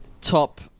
top